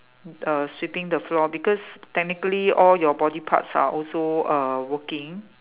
err sweeping the floor because technically all your body parts are also uh working